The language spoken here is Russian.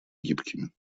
гибкими